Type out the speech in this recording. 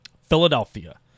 Philadelphia